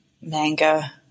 manga